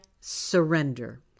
surrender